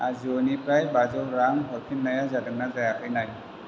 आजिय'निफ्राय बाजौ रां हरफिन्नाया जादोंना जायाखै नाय